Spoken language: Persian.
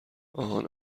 آهان